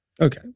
Okay